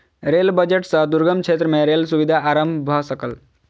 rail budget सॅ दुर्गम क्षेत्र में रेल सुविधा आरम्भ भ सकल